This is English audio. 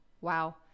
wow